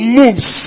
moves